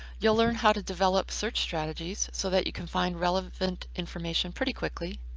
you'll learn how to develop search strategies so that you can find relevant information pretty quickly.